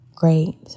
Great